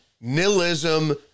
nihilism